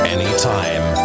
Anytime